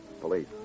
police